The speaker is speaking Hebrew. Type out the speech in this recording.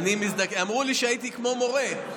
אמרו לי שהייתי כמו מורה.